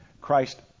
Christ